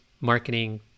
marketing